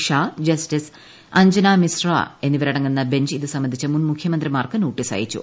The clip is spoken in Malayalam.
ഷാ ജസ്റ്റിസ് അഞ്ജനാ മിസ്രാ എന്നിവരടങ്ങുന്ന ബെഞ്ച് ഇത് സംബന്ധിച്ച് മുൻ മുഖ്യമന്ത്രിമാർക്ക് നോട്ടീസ് അയച്ചു